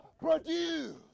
produce